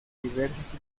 diversas